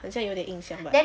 很像有点印象